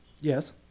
Yes